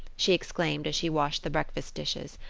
she exclaimed as she washed the breakfast dishes.